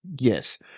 Yes